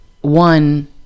One